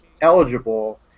eligible